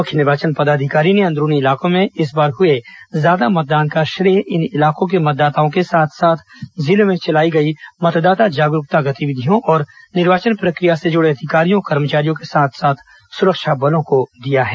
मुख्य निर्वाचन पदाधिकारी ने अंदरूनी इलाकों में इस बार हुए ज्यादा मतदान का श्रेय इन इलाकों के मतदाताओं के साथ साथ जिलों में चलाई गई मतदाता जागरूकता गतिविधियों और निर्वाचन प्रक्रिया से जुड़े अधिकारियों कर्मचारियों के साथ साथ सुरक्षा बलों को दिया है